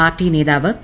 party നേതാവ് P